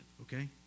Okay